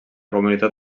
comunitat